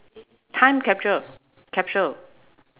time capture capsule